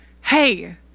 Hey